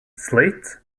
slate